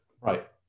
right